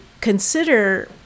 consider